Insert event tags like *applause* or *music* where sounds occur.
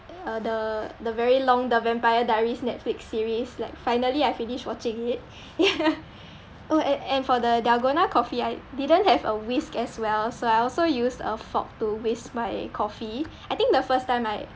uh the the very long the vampire diaries netflix series like finally I finish watching it ya *noise* oh and and for the dalgona coffee I didn't have a whisk as well so I also used a fork to whisk my coffee I think the first time I